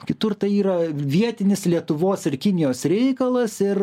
kitur tai yra vietinis lietuvos ir kinijos reikalas ir